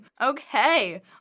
Okay